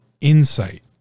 Insight